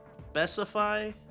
specify